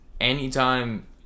anytime